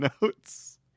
Notes